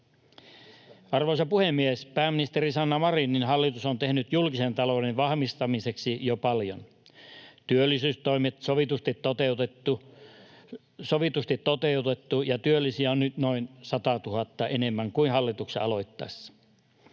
Arvoisa puhemies! Pääministeri Sanna Marinin hallitus on tehnyt julkisen talouden vahvistamiseksi jo paljon. Työllisyystoimet on sovitusti toteutettu, ja työllisiä on nyt noin 100 000 enemmän kuin hallituksen aloittaessa.